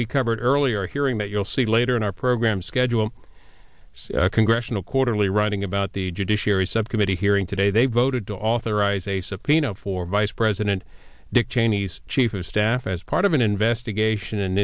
we covered earlier hearing that you'll see later in our program schedule congressional quarterly writing about the judiciary subcommittee hearing today they voted to authorize a subpoena for vice president dick cheney's chief of staff as part of an investigation and